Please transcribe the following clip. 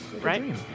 right